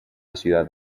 ciudad